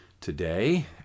today